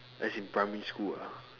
as in primary school ah